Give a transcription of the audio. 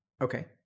Okay